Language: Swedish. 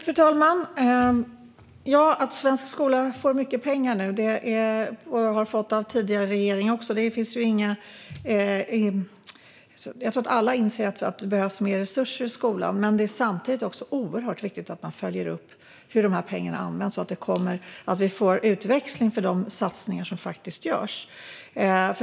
Fru talman! Svensk skola får mycket pengar nu, och det har den fått även av tidigare regeringar. Jag tror att alla inser att det behövs mer resurser i skolan. Samtidigt är det oerhört viktigt att man följer upp hur pengarna används, så att vi får utväxling från de satsningar som faktiskt görs.